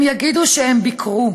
הם יגידו שהם ביקרו,